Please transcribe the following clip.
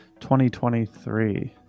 2023